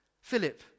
Philip